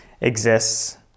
exists